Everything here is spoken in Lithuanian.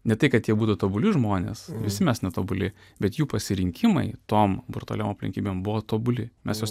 ne tai kad jie būtų tobuli žmonės visi mes netobuli bet jų pasirinkimai tom brutaliau aplinkybėm buvo tobuli mes juos